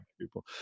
people